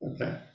Okay